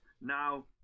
Now